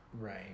Right